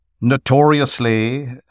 notoriously